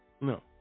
No